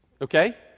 Okay